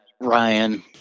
Ryan